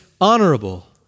honorable